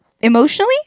emotionally